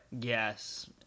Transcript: Yes